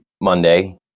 Monday